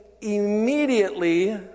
immediately